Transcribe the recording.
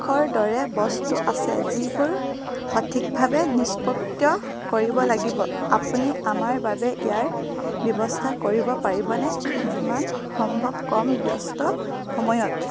ৰ দৰে বস্তু আছে যিবোৰ সঠিকভাৱে নিষ্পত্য় কৰিব লাগিব আপুনি আমাৰ বাবে ইয়াৰ ব্যৱস্থা কৰিব পাৰিবনে যিমান সম্ভৱ কম ব্যস্ত সময়ত